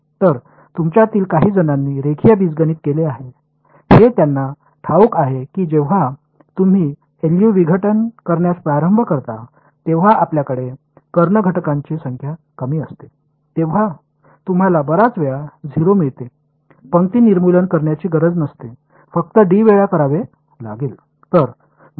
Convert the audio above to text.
तर तुमच्यातील काही जणांनी रेखीय बीजगणित केले आहे हे त्यांना ठाऊक आहे की जेव्हा तुम्ही एलयू विघटन करण्यास प्रारंभ करता तेव्हा आपल्याकडे कर्ण घटकांची संख्या कमी असते तेव्हा तुम्हाला बर्याच वेळा 0 मिळते पंक्ती निर्मूलन करण्याची गरज नसते फक्त d वेळा करावे लागेल